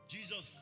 Jesus